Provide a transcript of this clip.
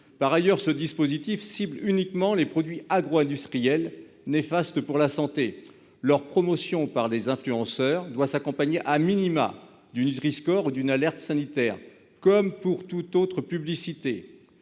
Par ailleurs, ce dispositif cible uniquement les produits agro-industriels néfastes pour la santé. Leur promotion par des influenceurs doit s'accompagner, au minimum, du Nutri-score ou d'une alerte sanitaire, comme pour toute autre publicité,